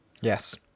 Yes